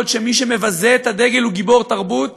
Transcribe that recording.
בעוד מי שמבזה את הדגל הוא גיבור תרבות,